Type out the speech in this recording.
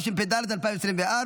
התשפ"ד 2024,